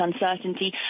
uncertainty